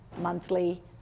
monthly